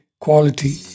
quality